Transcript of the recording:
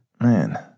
Man